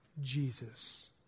Jesus